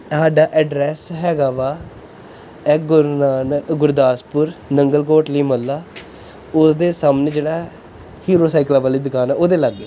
ਸਾਡਾ ਐਡਰੈਸ ਹੈਗਾ ਵਾ ਇਹ ਗੁਰੂ ਨਾਨਕ ਗੁਰਦਾਸਪੁਰ ਨੰਗਲ ਕੋਟਲੀ ਮੁਹੱਲਾ ਉਸਦੇ ਸਾਹਮਣੇ ਜਿਹੜਾ ਹੀਰੋ ਸਾਈਕਲਾਂ ਵਾਲੀ ਦੁਕਾਨ ਹੈ ਉਹਦੇ ਲਾਗੇ